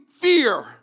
fear